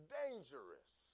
dangerous